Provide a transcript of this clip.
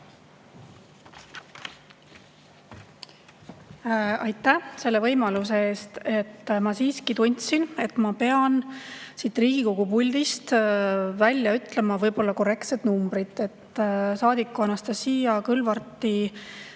Aitäh selle võimaluse eest! Ma siiski tundsin, et ma pean siit Riigikogu puldist välja ütlema korrektsed numbrid. Saadik Anastassia